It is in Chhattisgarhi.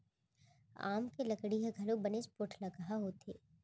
आमा के लकड़ी ह घलौ बनेच पोठलगहा होथे